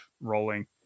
rolling